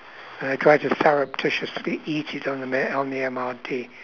and I try to surreptitiously eat it on the m~ on the M_R_T